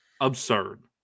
Absurd